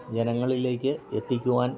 ജനങ്ങളിലേക്ക് എത്തിക്കുവാൻ